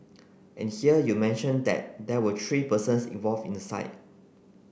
and here you mention that there were three persons involved in the site